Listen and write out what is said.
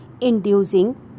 inducing